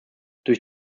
durch